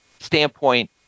standpoint